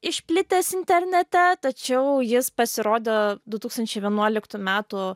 išplitęs internete tačiau jis pasirodė du tūkstančiai vienuoliktų metų